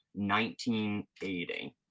1980